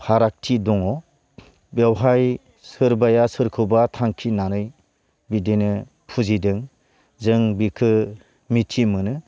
फारागथि दङ बेवहाय सोरबाया सोरखौबा थांखिनानै बिदिनो फुजिदों जों बिखो मिथि मोनो